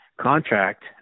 contract